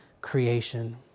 creation